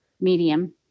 medium